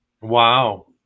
Wow